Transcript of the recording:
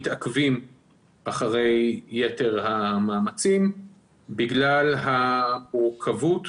מעט מתעכבים אחרי יתר המאמצים בגלל המורכבות